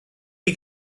chi